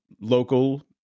local